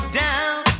down